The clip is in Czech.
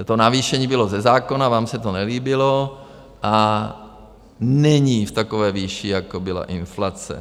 To navýšení bylo ze zákona, vám se to nelíbilo a není v takové výši, jako byla inflace.